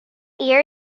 ear